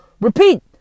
Repeat